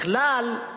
בכלל,